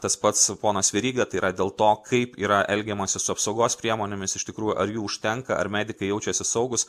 tas pats ponas veryga tai yra dėl to kaip yra elgiamasi su apsaugos priemonėmis iš tikrųjų ar jų užtenka ar medikai jaučiasi saugūs